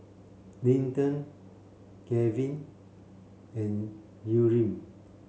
Linton Gavyn and Yurem